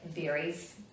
varies